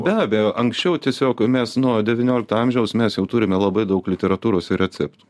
be abejo anksčiau tiesiog mes nuo devyniolikto amžiaus mes jau turime labai daug literatūros receptų